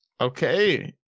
Okay